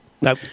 No